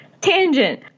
tangent